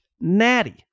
natty